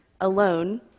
alone